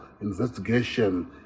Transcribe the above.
investigation